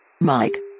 Mike